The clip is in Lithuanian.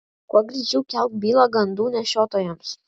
kuo greičiau kelk bylą gandų nešiotojams